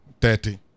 thirty